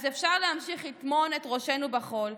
אפשר להמשיך לטמון את ראשנו בחול,